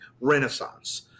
Renaissance